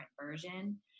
version